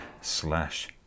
slash